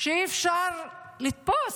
שאי-אפשר לתפוס.